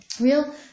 real